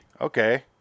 Okay